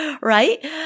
right